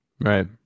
Right